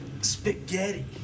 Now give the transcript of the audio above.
spaghetti